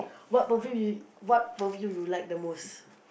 what perfume you what perfume you like the most